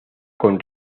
con